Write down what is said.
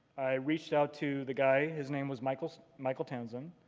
i reached out to the guy, his name was michael michael townsend.